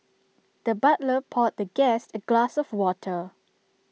the butler poured the guest A glass of water